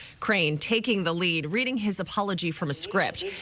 crane taking the lead, reading his apology from a script,